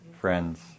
Friends